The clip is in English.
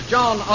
John